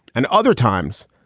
and other times,